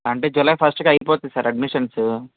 అంటే జులై ఫస్ట్కి అయిపోతే సార్ అడ్మిషన్స్